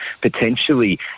potentially